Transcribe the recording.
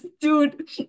dude